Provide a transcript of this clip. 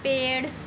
पेड़